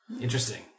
Interesting